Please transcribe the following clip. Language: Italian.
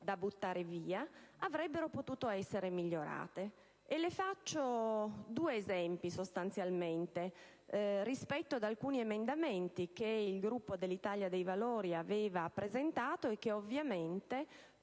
da buttare via, avrebbero potuto essere migliorate. Le faccio due esempi rispetto ad alcuni emendamenti che il Gruppo dell'Italia dei Valori aveva presentato, e che ovviamente